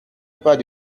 pas